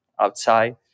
outside